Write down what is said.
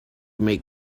make